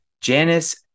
Janice